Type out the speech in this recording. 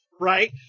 Right